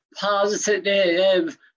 positive